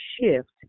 shift